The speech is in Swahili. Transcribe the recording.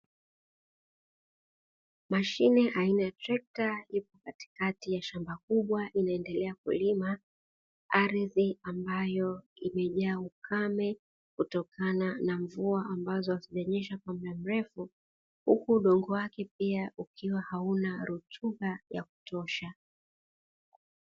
Mashine aina ya trekta ipo katikati ya shamba kubwa inaendelea kulima ardhi ambayo imejaa ukame kutokana na mvua, ambazo hazijanyesha kwa mda mrefu huku udongo wake pia ukiwa hauna rutuba ya kutosha.